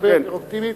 הרבה יותר אופטימית,